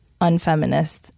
unfeminist